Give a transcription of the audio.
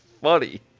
funny